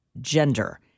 gender